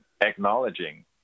acknowledging